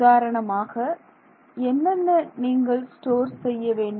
உதாரணமாக என்னென்ன நீங்கள் ஸ்டோர் செய்ய வேண்டும்